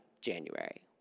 January